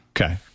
Okay